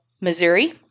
Missouri